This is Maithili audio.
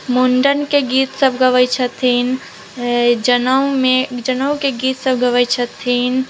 मुंडन के गीत सब गबै छथिन जनउ मे जनउ के गीत सब गबै छथिन